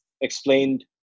explained